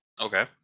Okay